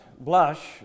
blush